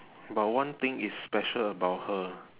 but one thing is special about her